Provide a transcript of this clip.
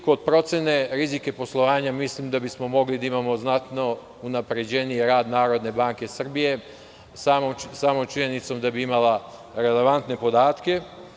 Kod procena rizika poslovanja, mislim da bismo mogli da imamo znatno unapređeniji rad Narodne banke Srbije samom činjenicom da bi imala relevantne podatke.